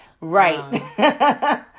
Right